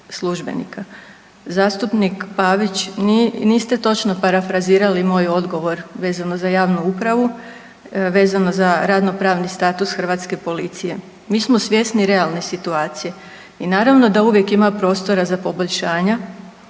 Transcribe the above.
Zastupnik Pavić niste točno parafrazirali moj odgovor vezano za javnu upravu, vezano za radno-pravni status hrvatske policije. Mi smo svjesni realne situacije i naravno da uvijek ima prostora za poboljšanja,